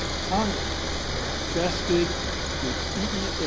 congress vested the eeoc,